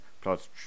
plus